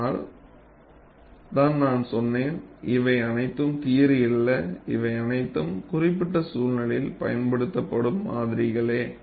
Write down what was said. அதனால் தான் நான் சொன்னேன் இவை அனைத்தும் தியரி அல்ல இவை அனைத்தும் குறிபிட்ட சூழ்நிலையில் பயன்படுத்தபடும் மாதிரிகளே